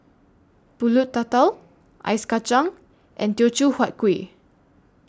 Pulut Tatal Ice Kachang and Teochew Huat Kuih